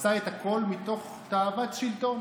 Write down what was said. עשה את הכול מתוך תאוות שלטון.